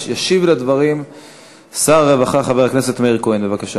ישיב לדברים שר הרווחה חבר הכנסת מאיר כהן, בבקשה.